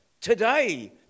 Today